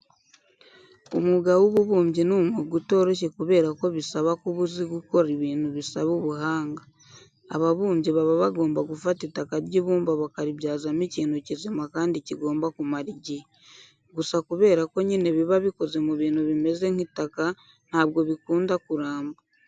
Umwuga w'ububumbyi ni umwuga utoroshye kubera ko bisaba kuba usi gukora ibimtu bisaba ubuhanga. Ababumbyi baba bagomba gufata itaka ry'ibumba bakaribyazamo ikintu kizima kandi kigomba kumara igihe. Gusa kubera ko nyine biba bikoze mu bintu bimeze nk'itaka ntabwo bikunda kuramba.